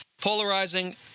Polarizing